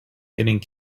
getting